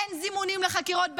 אין זימונים לחקירות באזהרה,